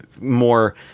more